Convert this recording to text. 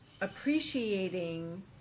appreciating